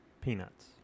Peanuts